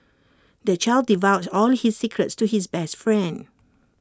the child divulged all his secrets to his best friend